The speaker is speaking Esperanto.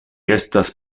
estas